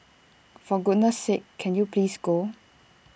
for goodness sake can you please go